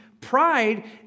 pride